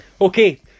okay